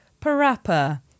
parappa